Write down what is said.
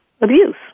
abuse